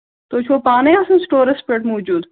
تُہۍ چھُوا پانَے آسان سٕٹورَس پٮ۪ٹھ موٗجوٗد